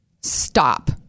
Stop